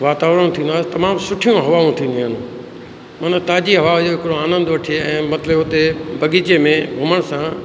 वातावरण थींदो आहे तमामु सुठियूं हवाऊं थींदियूं आहिनि मन ताज़ी हवा जो हिकिड़ो आनंदु वठे ऐं मतिलबु हुते बगीचे में घुमण सां